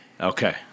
Okay